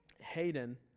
Hayden